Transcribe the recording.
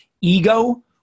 ego